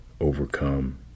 overcome